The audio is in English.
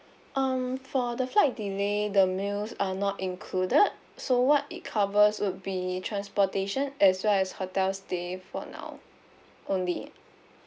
um for the flight delay the meals are not included so what it covers would be transportation as well as hotel stay for now only